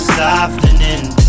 softening